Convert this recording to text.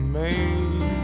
made